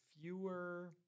fewer